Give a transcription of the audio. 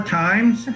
times